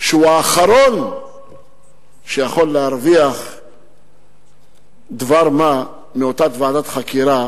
שהוא האחרון שיכול להרוויח דבר-מה מאותה ועדת חקירה,